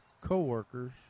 coworkers